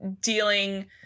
dealing